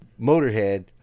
Motorhead